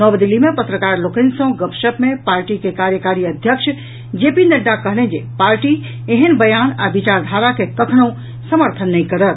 नव दिल्ली मे पत्रकार लोकनि सँ गपशप मे पार्टी के कार्यकारी अध्यक्ष जे पी नड्डा कहलनि जे पार्टी एहेन बयान आ विचारधारा के कखनहुँ समर्थन नहि करत